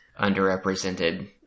underrepresented